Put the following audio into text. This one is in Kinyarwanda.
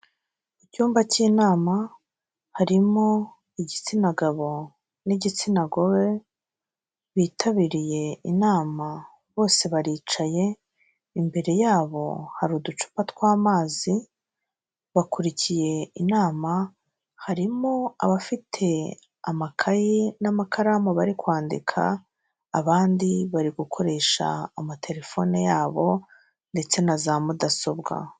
Icyumba cy'inama, harimo igitsina gabo n'igitsina gore. bitabiriye inama bose baricaye, imbere yabo hari uducupa tw'amazi, bakurikiye inama, harimo abafite amakaye n'amakaramu bari kwandika, abandi bari gukoresha amatelefone yabo, ndetse na za mudasobwa.